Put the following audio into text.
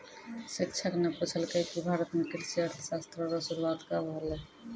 शिक्षक न पूछलकै कि भारत म कृषि अर्थशास्त्र रो शुरूआत कब होलौ